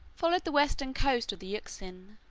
followed the western coast of the euxine,